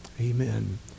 Amen